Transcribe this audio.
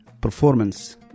performance